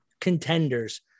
contenders